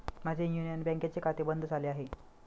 माझे युनियन बँकेचे खाते बंद झाले आहे